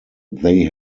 they